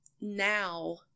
now